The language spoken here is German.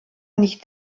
nicht